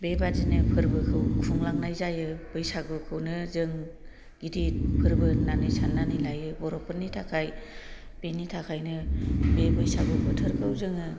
बेबादिनो फोरबोखौ खुंलांनाय जायो बैसागुखौनो जों गिदिर फोरबो होननानै साननानै लायो बर'फोरनि थाखाय बेनि थाखायनो बे बैसागु बोथोरखौ जोङो